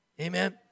Amen